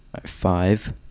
five